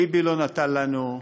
ביבי לא נתן לנו,